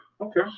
Okay